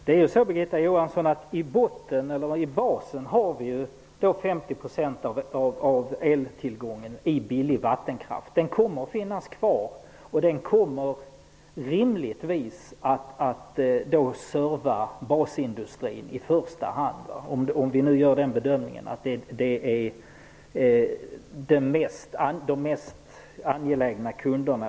Herr talman! I basen har vi 50 % av eltillgången i form av billig vattenkraft, Birgitta Johansson. Den kommer att finnas kvar, och den kommer rimligtvis att serva basindustrin i första hand, om vi gör bedömningen att de industrierna utgör de mest angelägna ''kunderna''.